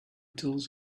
tools